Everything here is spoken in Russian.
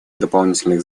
дополнительных